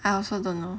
I also don't know